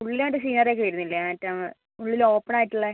ഉള്ളിൽ മറ്റേ സീനറി ഒക്കെ വരുന്നില്ലേ ഏറ്റവും ഉള്ളിൽ ഓപ്പൺ ആയിട്ടുള്ളത്